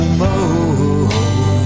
more